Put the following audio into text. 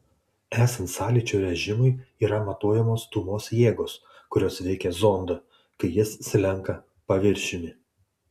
esant sąlyčio režimui yra matuojamos stūmos jėgos kurios veikia zondą kai jis slenka paviršiumi